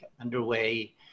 underway